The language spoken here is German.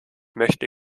möchte